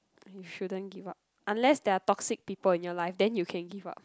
you shouldn't give up unless there are toxic people in your life then you can give up